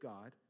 God